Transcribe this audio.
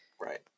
Right